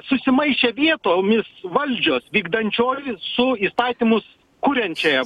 susimaišė vietomis valdžios vykdančioji su įstatymus kuriančiąja